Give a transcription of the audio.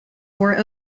wore